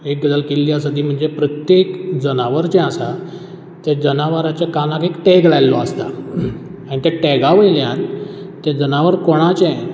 एक गजाल केल्ली आसा ती म्हणजे प्रत्येक जनावर जें आसा तें जनावराच्या कानाक एक टॅग लायल्लो आसता आन् ते टॅगा वयल्यान तें जनावर कोणाचें